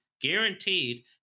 guaranteed